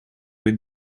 быть